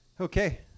Okay